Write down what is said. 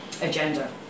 agenda